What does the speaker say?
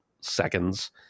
seconds